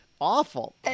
awful